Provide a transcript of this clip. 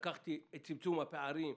לקחתי את צמצום הפערים.